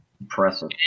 Impressive